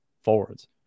forwards